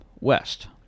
west